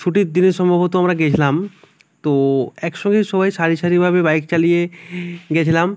ছুটির দিনে সম্ভবত আমরা গেছিলাম তো একসঙ্গে সবাই সারি সারিভাবে বাইক চালিয়ে গেছিলাম